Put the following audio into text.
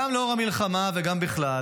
גם לאור המלחמה וגם בכלל